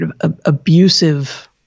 abusive